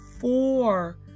Four